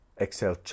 Exhale